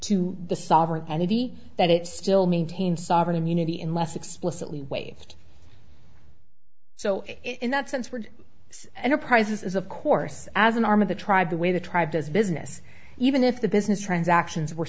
to the sovereign entity that it still maintains sovereign immunity in less explicitly waived so in that sense word enterprises is of course as an arm of the tribe the way the tribe does business even if the business transactions were